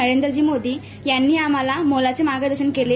नरेंद्रजी मोदी यांनी आम्हाला मोलाचे मार्गदर्शन केले